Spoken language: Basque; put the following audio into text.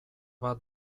bat